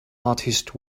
artist